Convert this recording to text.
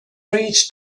reached